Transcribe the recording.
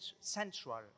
central